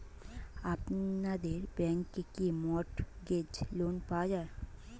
আপনাদের ব্যাংকে কি মর্টগেজ লোন পাওয়া যায়?